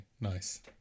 Nice